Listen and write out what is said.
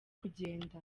kugenda